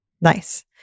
Nice